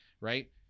right